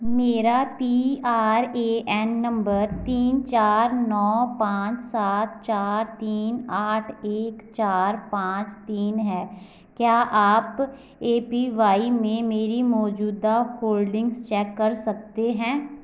मेरा P R A N number तीन चार नो पाँच सात चार तीन आठ एक चार पाँच तीन है क्या आप ए पी वाई में मेरी मौजूदा होल्डिंग्स चेक कर सकते हैं